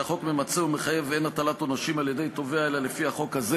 שהחוק ממצה ומחייב ואין הטלת עונשים על-ידי תובע אלא לפי החוק הזה